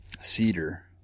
cedar